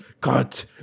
cut